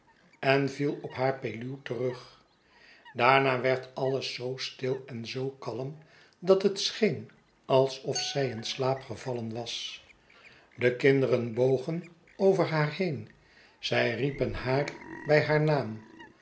en viel op haar peluw terug daarna werd alles zoo stil en zoo kalm dat het scheen alsof zij in slaap gevallen was de kinderen bogen over haar heen zij riepen haar bij haar naam